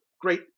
great